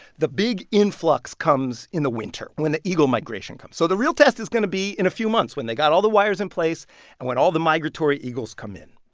the big influx comes in the winter when the eagle migration comes. so the real test is going to be in a few months when they got all the wires in place and when all the migratory eagles come in.